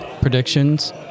predictions